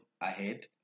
ahead